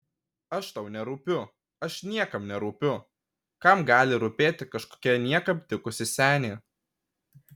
aš tau nerūpiu aš niekam nerūpiu kam gali rūpėti kažkokia niekam tikusi senė